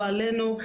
לא עלינו,